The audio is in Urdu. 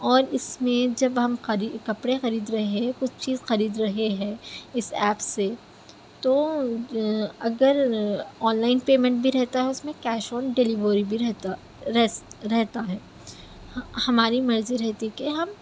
اور اس میں جب ہم خرید کپڑے خرید رہے کچھ چیز خرید رہے ہیں اس ایپس سے تو اگر آنلائن پیمنٹ بھی رہتا ہے اس میں کیش آن ڈلیوری بھی رہتا رہتا رہتا ہے ہماری مرضی رہتی ہے کہ ہم